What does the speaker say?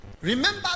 Remember